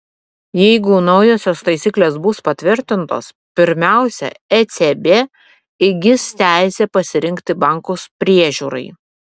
jeigu naujosios taisyklės bus patvirtintos pirmiausia ecb įgis teisę pasirinkti bankus priežiūrai